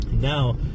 Now